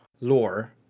lore